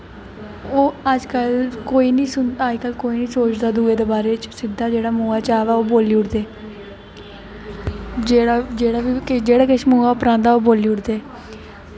ओह् अजकल कोई निं सोचदा दूए दे बारे च सिद्धा जेह्ड़ा मुहां च आ दा बोली ओड़दे जेह्ड़ा किश मुहां पर औंदा ओह् बोल्ली ओड़दे